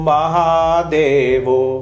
Mahadevo